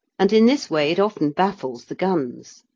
and in this way it often baffles the guns.